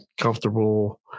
comfortable